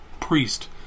priest